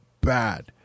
bad